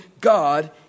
God